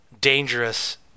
dangerous